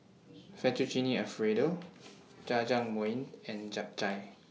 Fettuccine Alfredo Jajangmyeon and Japchae